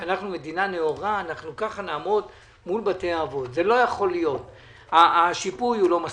שאנחנו כמדינה נאורה נעמוד מול בתי האבות כשהשיפוי הוא לא מספיק.